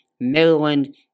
Maryland